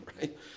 right